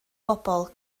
bobl